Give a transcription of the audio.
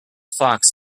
fox